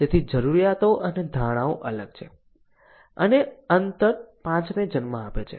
તેથી જરૂરિયાતો અને ધારણાઓ અલગ છે અને અંતર 5 ને જન્મ આપે છે